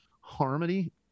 harmony